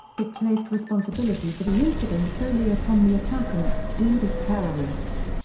it placed responsibility for the incident solely upon the attackers, deemed as terrorists.